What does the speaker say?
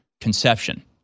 conception